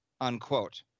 unquote